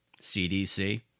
CDC